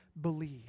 believe